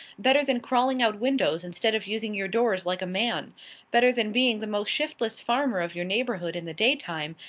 better than crawling out windows instead of using your doors like a man better than being the most shiftless farmer of your neighbourhood in the daytime,